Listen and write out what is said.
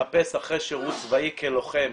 מחפש אחרי שירות צבאי כלוחם,